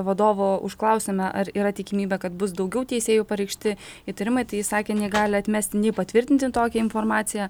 vadovo užklausėme ar yra tikimybė kad bus daugiau teisėjų pareikšti įtarimai tai sakė negali atmesti nei patvirtinti tokią informaciją